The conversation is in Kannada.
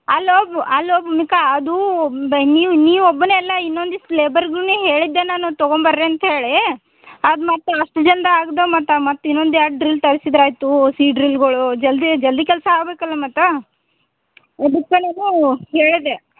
ಅಲ್ಲೋ ಅಲ್ಲೋ ಭೂಮಿಕಾ ಅದು ಬೇ ನೀವು ಒಬ್ನೇ ಅಲ್ಲ ಇನ್ನೊಂದಿಷ್ಟು ಲೇಬರ್ಗೂ ಹೇಳಿದ್ದೆ ನಾನು ತಗೊಂಬರ್ರಿ ಅಂತೇಳಿ ಅದು ಮತ್ತು ಅಷ್ಟು ಜನದ ಅಗ್ದು ಮತ್ತು ಮತ್ತು ಇನ್ನೊಂದು ಎರಡು ಡ್ರಿಲ್ ತರ್ಸಿದ್ರೆ ಆಯಿತು ಸೀ ಡ್ರಿಲ್ಗಳು ಜಲ್ದಿ ಜಲ್ದಿ ಕೆಲಸ ಆಗಬೇಕಲ್ಲ ಮತ್ತು ಅದಕ್ಕ ನೀವು ಹೇಳಿದೆ